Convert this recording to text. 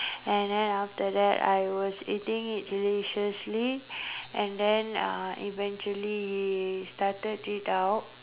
and then after that I was eating it deliciously and then uh eventually he started it out